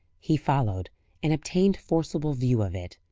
he followed and obtained forcible view of it.